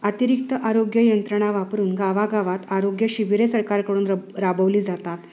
अतिरिक्त आरोग्य यंत्रणा वापरून गावागावात आरोग्य शिबिरे सरकारकडून रब राबवली जातात